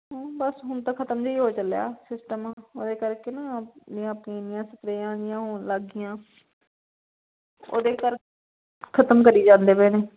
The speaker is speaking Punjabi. ਹੁਣ ਬਸ ਹੁਣ ਤਾਂ ਖਤਮ ਹੀ ਹੋ ਚੱਲਿਆ ਸਿਸਟਮ ਉਹਦੇ ਕਰਕੇ ਨਾ ਇਹ ਆਪਣੇ ਰੇਹਾਂ ਸਪ੍ਰੇਹਾਂ ਜਿਹੀਆਂ ਹੋਣ ਲੱਗ ਗਈਆਂ ਉਹਦੇ ਕਰਕੇ ਖਤਮ ਕਰੀ ਜਾਂਦੇ ਪਏ ਨੇ